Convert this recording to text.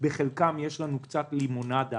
בחלקן יש קצת לימונדה